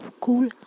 cool